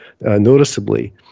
noticeably